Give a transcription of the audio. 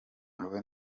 ubu